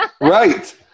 Right